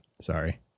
Sorry